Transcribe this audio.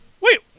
wait